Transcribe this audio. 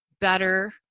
better